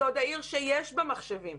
זה עוד העיר שיש בה מחשבים,